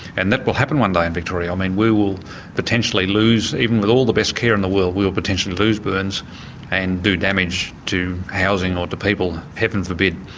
and that will happen one day in victoria. i mean, we will potentially lose even with all the best care in the world we will potentially lose burns and do damage to housing or to people, heaven forbid.